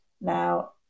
Now